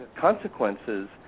consequences